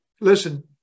listen